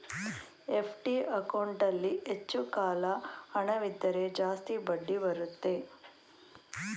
FD ಅಕೌಂಟಲ್ಲಿ ಹೆಚ್ಚು ಕಾಲ ಹಣವಿದ್ದರೆ ಜಾಸ್ತಿ ಬಡ್ಡಿ ಬರುತ್ತೆ